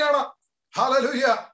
Hallelujah